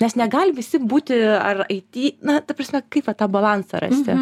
nes negali visi būti ar ai ti na ta prasme kaip vat tą balansą rasti